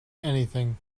anything